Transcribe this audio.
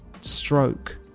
stroke